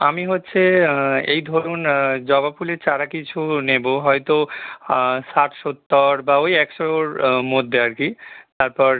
আমি হচ্ছে এই ধরুন জবা ফুলের চারা কিছু নেবো হয়তো ষাট সত্তর বা ওই একশোর মধ্যে আর কি তারপর